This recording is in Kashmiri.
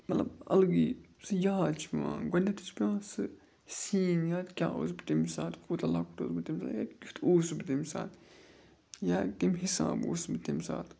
مطلب اَلگٕے سُہ یاد چھِ پٮ۪وان گۄڈٕنٮ۪تھٕے چھِ پٮ۪وان سُہ سیٖن یاد کیٛاہ اوس بہٕ تَمہِ ساتہٕ کوٗتاہ لۄکُٹ اوس بہٕ تَمہِ ساتہٕ یا کیُتھ اوسُس بہٕ تَمہِ ساتہٕ یا کَمہِ حِساب اوسُس بہٕ تَمہِ ساتہٕ